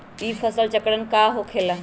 ई फसल चक्रण का होला?